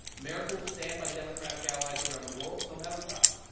america will stand by democratic allies around the world no matter what.